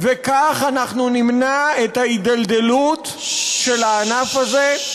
כך אנחנו נמנע את ההידלדלות של הענף הזה,